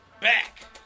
back